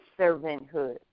servanthood